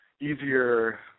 easier